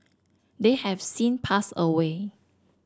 they have since passed away